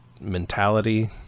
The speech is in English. mentality